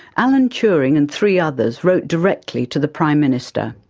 alan turing and three others wrote directly to the prime minister.